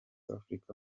africa